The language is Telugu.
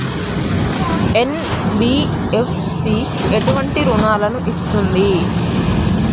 ఎన్.బి.ఎఫ్.సి ఎటువంటి రుణాలను ఇస్తుంది?